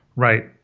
Right